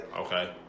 Okay